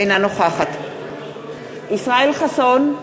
אינה נוכחת ישראל חסון,